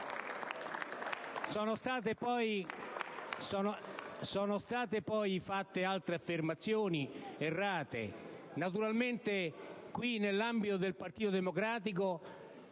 Sono state poi fatte altre affermazioni errate. Naturalmente nell'ambito del Partito Democratico